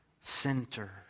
center